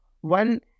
one